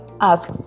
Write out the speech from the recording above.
ask